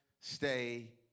Stay